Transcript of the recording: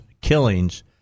killings